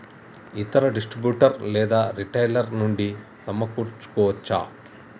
ఇతర డిస్ట్రిబ్యూటర్ లేదా రిటైలర్ నుండి సమకూర్చుకోవచ్చా?